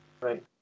Right